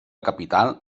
capital